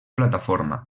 plataforma